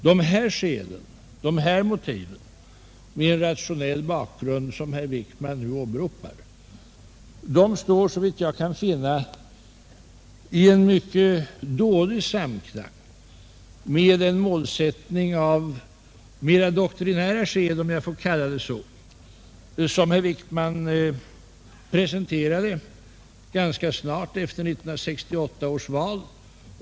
Dessa motiv med rationell bakgrund som herr Wickman nu åberopar står, såvitt jag kan finna, i mycket dålig samklang med den målsättning av mer doktrinär typ — om jag får använda det uttrycket — som herr Wickman presenterade ganska snart efter 1968 års val.